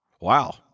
Wow